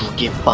give